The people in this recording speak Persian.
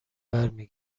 برمی